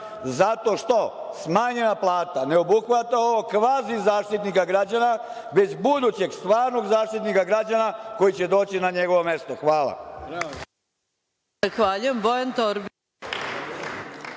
zato što smanjena plata ne obuhvata ovog kvazi zaštitnika građana, već budućeg stvarnog Zaštitnika građana koji će doći na njegovo mesto. Hvala.